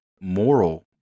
moral